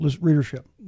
readership